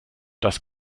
das